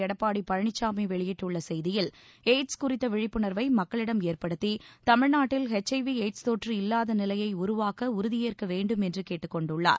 எடப்பாடி பழனிசாமி வெளியிட்டுள்ள செய்தியில் எய்ட்ஸ் குறித்த விழிப்புணர்வை மக்களிடம் ஏற்படுத்தி தமிழ்நாட்டில் எச்ஐவி எய்ட்ஸ் தொற்று இல்லாத நிலையை உருவாக்க உறுதியேற்க வேண்டும் என்று கேட்டுக் கொண்டுள்ளார்